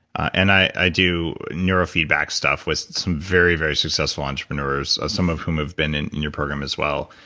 and i do neurofeedback stuff with some very very successful entrepreneurs, ah some of whom have been in in your program, as well.